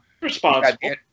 Responsible